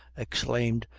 exclaimed,